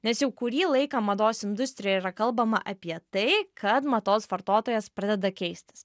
nes jau kurį laiką mados industrijoje yra kalbama apie tai kad mados vartotojas pradeda keistis